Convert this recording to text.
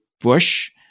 Bush